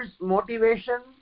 motivation